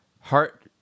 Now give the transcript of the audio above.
heart